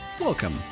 Welcome